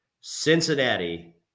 Cincinnati